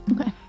Okay